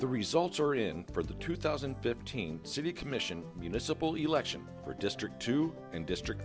the results are in for the two thousand and fifteen city commission municipal election for district two and district